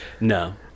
No